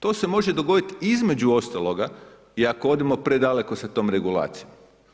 To se može dogoditi između ostaloga i ako odemo predaleko sa tom regulacijom.